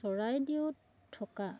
চৰাইদেওত থকা